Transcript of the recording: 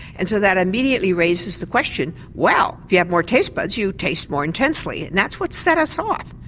and so that immediately raises the question well, if you have more taste buds you taste more intensely and that's what set us off.